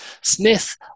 Smith